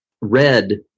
red